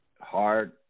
hard